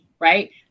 right